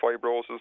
fibrosis